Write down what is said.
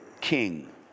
king